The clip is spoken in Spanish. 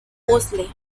puzle